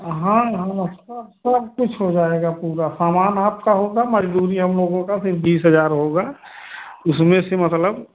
हाँ हाँ उसका सब कुछ हो जाएगा पूरा सामान आपका होगा मज़दूरी हम लोगों का होगा सिर्फ बीस हज़ार होगा उसमें से मतलब